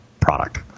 product